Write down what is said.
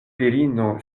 virino